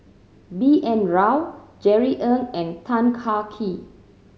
B N Rao Jerry Ng and Tan Kah Kee